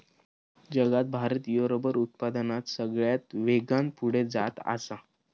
जगात भारत ह्यो रबर उत्पादनात सगळ्यात वेगान पुढे जात आसा